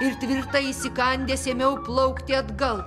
ir tvirtai įsikandęs ėmiau plaukti atgal